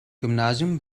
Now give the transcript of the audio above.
gymnasium